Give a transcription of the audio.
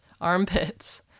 armpits